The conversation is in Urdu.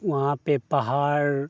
وہاں پہ پہاڑ